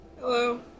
Hello